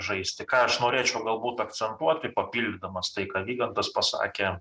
žaisti ką aš norėčiau galbūt akcentuoti papildydamas tai ką vygantas pasakė